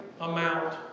amount